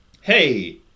hey